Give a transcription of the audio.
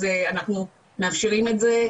אז אנחנו מאפשרים את זה,